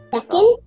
Second